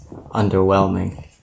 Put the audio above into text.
underwhelming